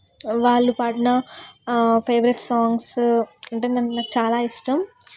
వాళ్ళు పాడిన favourite songs అంటే నాకు చాలా ఇష్టం